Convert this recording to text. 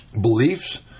beliefs